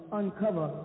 uncover